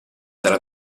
della